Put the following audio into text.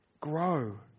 Grow